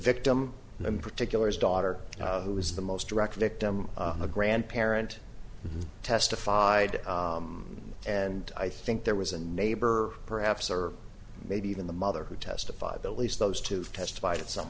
victim in particular his daughter who is the most direct victim a grandparent testified and i think there was a neighbor perhaps or maybe even the mother who testified the least those two testified at some